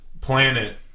planet